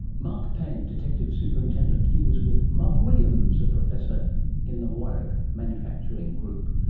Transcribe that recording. mark payne, detective superintendent. he was with mark williams, a professor in the warwick manufacturing group,